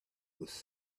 was